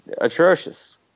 atrocious